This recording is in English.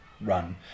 run